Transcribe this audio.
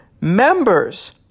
Members